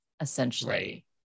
essentially